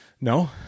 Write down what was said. No